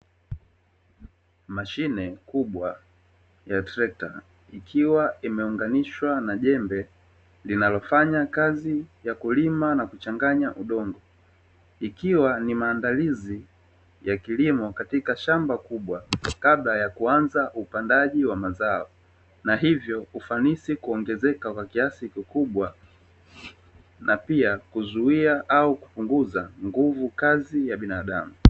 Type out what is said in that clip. Mashine kubwa ya trekta ikiwa imeunganishwa na jembe linalofanya kazi ya kulima na kuchanganya udongo, ikiwa ni maandalizi ya kilimo katika shamba kubwa kabla ya kuanza upandaji wa mazao, na hivyo ufanisi kuongezeka kwa kiasi kikubwa na pia kuzuia au kupunguza nguvu kazi ya binadamu.